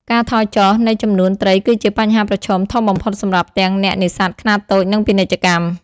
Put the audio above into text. ការថយចុះ នៃចំនួនត្រីគឺជាបញ្ហាប្រឈមធំបំផុតសម្រាប់ទាំងអ្នកនេសាទខ្នាតតូច និងពាណិជ្ជកម្ម។